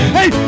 Hey